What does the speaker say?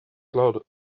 claude